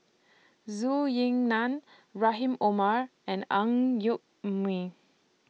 Su Ying NAN Rahim Omar and Ang Yoke Mooi